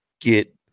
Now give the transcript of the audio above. get